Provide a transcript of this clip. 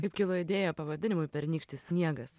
kaip kilo idėja pavadinimui pernykštis sniegas